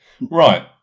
Right